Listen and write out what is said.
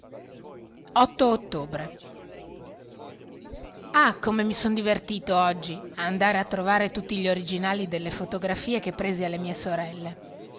ottobre ah come mi son divertito oggi a andare a trovare tutti gli originali delle fotografie che presi alle mie sorelle